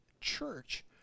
church